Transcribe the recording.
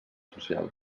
social